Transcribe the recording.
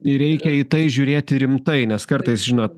ir reikia į tai žiūrėti rimtai nes kartais žinot